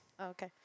Okay